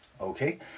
okay